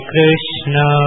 Krishna